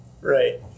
Right